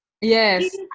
Yes